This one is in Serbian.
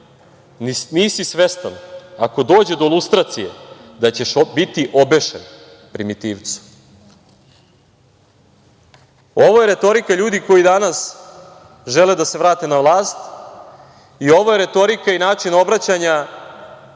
Nisi svestan, ako dođe do lustracije da ćeš biti obešen, primitivcu!“Ovo je retorika ljudi koji danas žele da se vrate na vlast i ovo je retorika i način obraćanja prema